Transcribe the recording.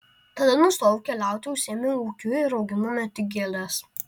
tada nustojau keliauti užsiėmiau ūkiu ir auginome tik gėles